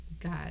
God